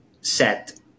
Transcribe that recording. set